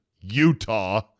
Utah